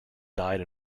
died